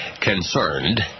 concerned